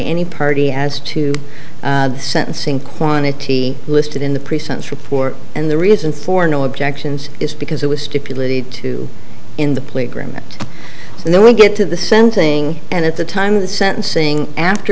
any party as to sentencing quantity listed in the pre sentence report and the reason for no objections is because it was stipulated to in the plea agreement and then we get to the centering and at the time of the sentencing after